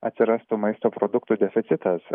atsirastų maisto produktų deficitas